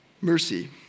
Mercy